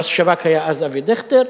ראש השב"כ היה אז אבי דיכטר,